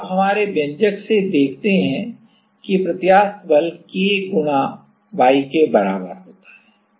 अब आप हमारे व्यंजक से देखते हैं कि प्रत्यास्थ बल k गुणा y के बराबर होता है